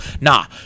Nah